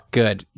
good